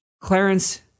Clarence